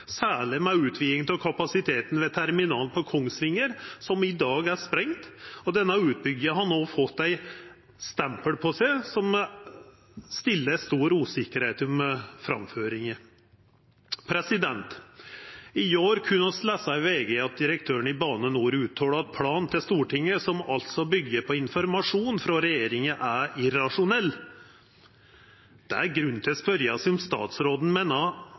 særleg med utvidinga av kapasiteten ved terminalen på Kongsvinger, som i dag er sprengd. Denne utbygginga har no fått eit stempel på seg som skapar stor usikkerheit om framføringa. I går kunne vi lesa i VG at direktøren for Bane NOR uttalte at Stortingets plan, som byggjer på informasjon frå regjeringa, er «irrasjonell». Det er grunn til å spørja seg om statsråden meiner